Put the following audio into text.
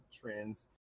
trends